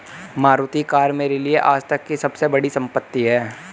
Maruti car मेरे लिए आजतक की सबसे बड़ी संपत्ति है